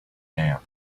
damp